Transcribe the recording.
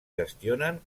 gestionen